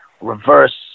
reverse